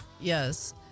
Yes